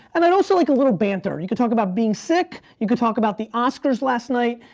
and i'd also like a little banter. you could talk about being sick, you could talk about the oscars last night,